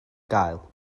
gael